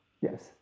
yes